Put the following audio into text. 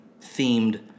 themed